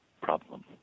problem